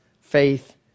faith